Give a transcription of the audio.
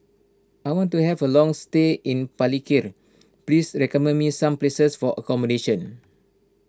I want to have a long stay in Palikir please recommend me some places for accommodation